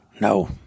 No